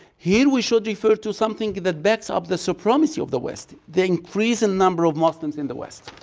here we should refer to something that backs up the supremacy of the west, the increasing number of muslims in the west.